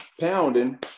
pounding